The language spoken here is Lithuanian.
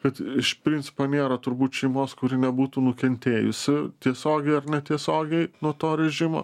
kad iš principo nėra turbūt šeimos kuri nebūtų nukentėjusi tiesiogiai ar netiesiogiai nuo to režimo